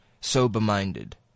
sober-minded